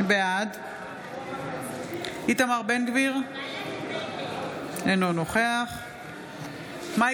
בעד איתמר בן גביר, אינו נוכח מאי